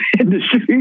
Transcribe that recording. industry